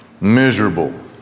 miserable